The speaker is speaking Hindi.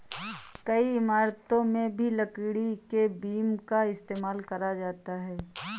कई इमारतों में भी लकड़ी के बीम का इस्तेमाल करा जाता है